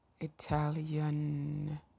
Italian